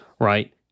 right